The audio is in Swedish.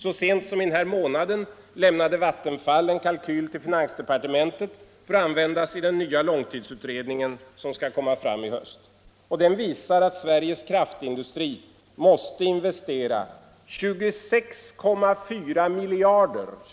Så sent som i denna månad lämnade Vattenfall en kalkyl till finansdepartementet för att användas i den nya långtidsutredningen som skall läggas fram i höst. Den visar att Sveriges kraftindustri måste investera 26,4 miljarder kr.